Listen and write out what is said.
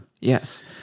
Yes